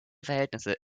verhältnisse